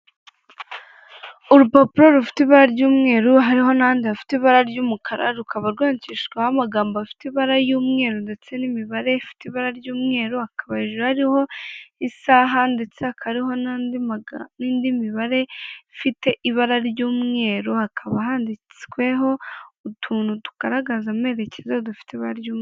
Urupapuro rufite ibara ry'umweru hariho n'ahandi hafite ibara ry'umukara rukaba rwandishijweho amagambo afite ibara ry'umweru ndetse n'imibare ifite ibara ry'umweru, hakaba hariho isaha ndetse hakaba hariho n'indi mibare ifite ibara ry'umweru hakaba handitsweho utuntu tugaragaza amerekezo dufite ibara ry'ubururu.